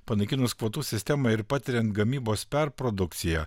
panaikinus kvotų sistemą ir patiriant gamybos perprodukciją